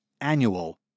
annual